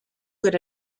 good